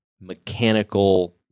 mechanical